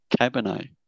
Cabernet